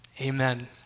amen